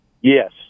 Yes